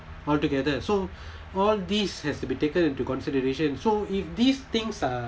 altogether so all this has to be taken into consideration so if these things are